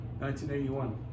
1981